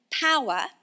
power